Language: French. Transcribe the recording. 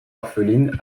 orpheline